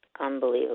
Unbelievable